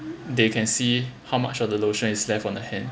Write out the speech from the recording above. they can see how much of the lotion is left on the hand